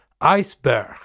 iceberg